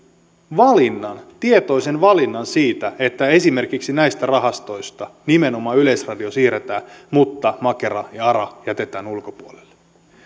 tietoisen valinnan siitä että esimerkiksi näistä rahastoista nimenomaan yleisradio siirretään mutta makera ja ara jätetään ulkopuolelle